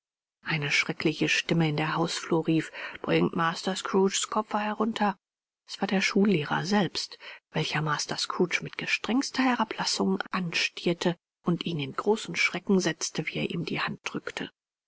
eine schreckliche stimme in der hausflur rief bringt master scrooges koffer herunter es war der schullehrer selbst welcher master scrooge mit gestrengster herablassung anstierte und ihn in großen schrecken setzte wie er ihm die hand drückte